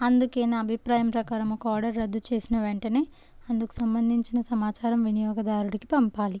అందుకే నా అభిప్రాయం ప్రకారం ఒక ఆర్డర్ రద్దు చేసిన వెంటనే అందుకు సంబంధించిన సమాచారం వినియోగదారుడికి పంపాలి